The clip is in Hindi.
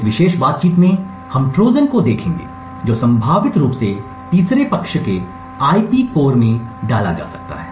इस विशेष बातचीत में हम ट्रोजन को देखेंगे जो संभावित रूप से तीसरे पक्ष के आईपी कोर में डाला जा सकता है